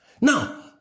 Now